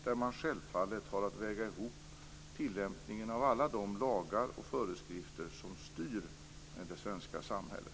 Då har man självfallet att väga ihop tillämpningen av alla de lagar och föreskrifter som styr det svenska samhället.